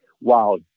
wow